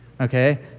Okay